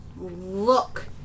look